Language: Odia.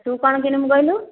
ତୁ କ'ଣ କିଣିବୁ କହିଲୁ